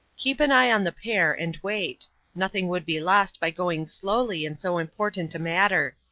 keep an eye on the pair, and wait nothing would be lost by going slowly in so important a matter.